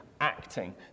acting